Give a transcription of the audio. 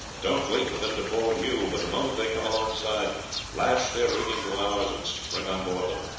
don't wait for them to board you, but the moment they come alongside lash their rigging to ours and spring on board them.